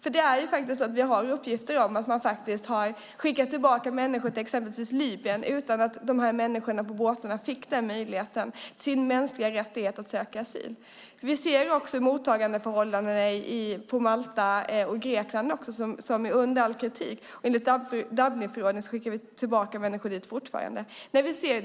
Vi har faktiskt uppgifter om att man har skickat tillbaka människor till exempelvis Libyen utan att de här människorna på båtarna fick sin mänskliga rättighet att söka asyl. Vi ser också att mottagandeförhållandena i Malta och Grekland är under all kritik. Enligt Dublinförordningen skickar vi fortfarande tillbaka människor dit.